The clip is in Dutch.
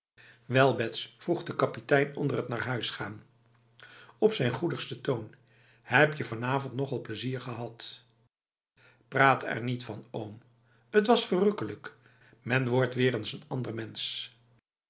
wel bets vroeg de kapitein onder het naar huis gaan op zijn goedigste toon heb je vanavond nogal plezier gehad praat er niet van oom t was verrukkelijk men wordt weer eens n ander mens